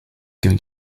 going